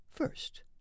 first